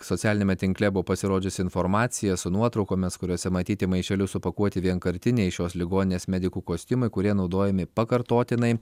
socialiniame tinkle buvo pasirodžiusi informacija su nuotraukomis kuriose matyti į maišelius supakuoti vienkartiniai šios ligoninės medikų kostiumai kurie naudojami pakartotinai